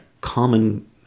common